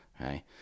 Okay